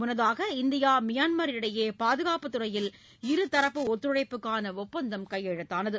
முன்னதாக India Myanmar இடையே பாதுகாப்பு துறையில் இருதரப்பு ஒத்துழைப்புக்கான ஒப்பந்தம் கையெழுத்தானது